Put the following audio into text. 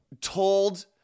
told